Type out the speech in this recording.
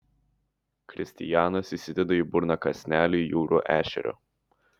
kristijanas įsideda į burną kąsnelį jūrų ešerio